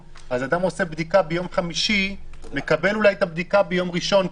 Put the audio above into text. אדם עושה את הבדיקה ביום חמישי כדי לקבל אולי את הבדיקה ביום ראשון,